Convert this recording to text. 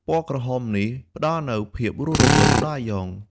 ពណ៌ក្រហមនេះផ្តល់នូវភាពរស់រវើកដល់អាយ៉ង។